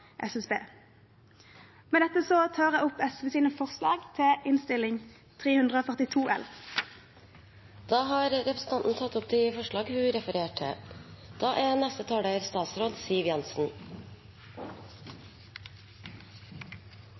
SSB. Med dette tar jeg opp SVs forslag i Innst. 342 L. Representanten Solveig Skaugvoll Foss har tatt opp det forslaget hun refererte til.